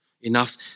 enough